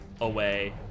away